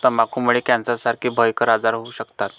तंबाखूमुळे कॅन्सरसारखे भयंकर आजार होऊ शकतात